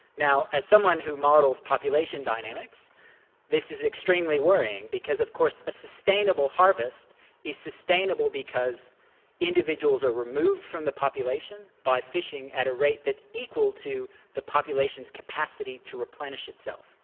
now as someone who models population dynamics this is extremely worrying because of course a sustainable harvest is sustainable because individuals are removed from the population by fishing at a rate that's equal to the population's capacity to replenish itself.